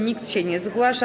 Nikt się nie zgłasza.